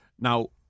Now